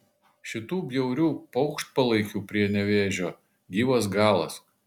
šitų bjaurių paukštpalaikių prie nevėžio gyvas galas